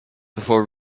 before